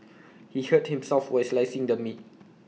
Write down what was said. he hurt himself while slicing the meat